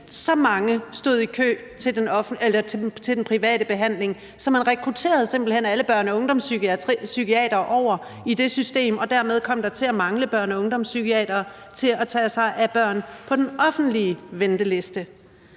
så mange stod i kø til den private behandling, at man simpelt hen rekrutterede alle børne- og ungdomspsykiatere over i det system, og dermed kom der til at mangle børne- og ungdomspsykiatere til at tage sig af børn på den offentlige venteliste.